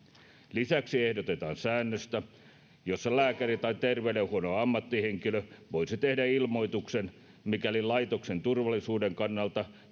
lisäksi ehdotetaan säännöstä jossa lääkäri tai terveydenhuollon ammattihenkilö voisi tehdä ilmoituksen mikäli laitoksen turvallisuuden kannalta